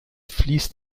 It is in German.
fließt